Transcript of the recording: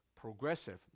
progressive